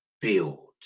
build